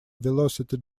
velocity